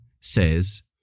says